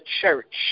church